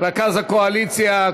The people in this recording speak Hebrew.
רכז הקואליציה,